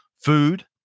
food